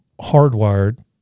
hardwired